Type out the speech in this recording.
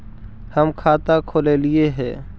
हम खाता खोलैलिये हे?